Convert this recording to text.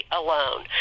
alone